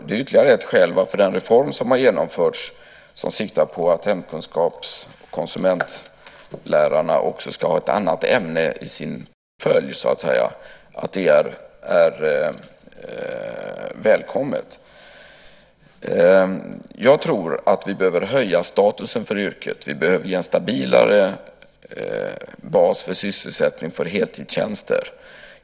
Det är ytterligare ett skäl till att den reform som genomförts, som siktar på att hem och konsumentkunskapslärarna också ska ha ett annat ämne i sin portfölj, är välkommen. Jag tror att vi behöver höja statusen för yrket. Vi behöver ge en stabilare bas för sysselsättning för heltidstjänster.